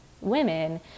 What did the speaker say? women